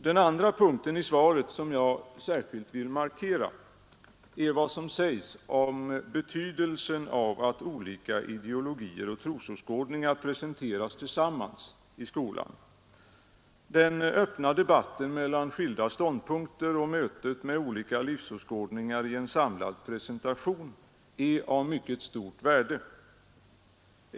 Den andra punkten i svaret, som jag särskilt vill markera, är vad som sägs om betydelsen av att olika ideologier och trosåskådningar presenteras tillsammans i skolan. Den öppna debatten mellan skilda ståndpunkter och mötet med olika livsåskådningar i en samlad presentation är av mycket stort värde.